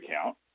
account